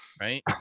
Right